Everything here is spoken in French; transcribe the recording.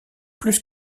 plus